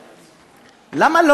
למה,